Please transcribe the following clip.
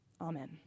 Amen